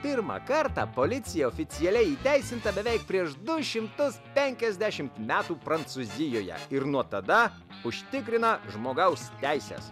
pirmą kartą policija oficialiai įteisinta beveik prieš du šimtus penkiasdešimt metų prancūzijoje ir nuo tada užtikrina žmogaus teises